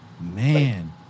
Man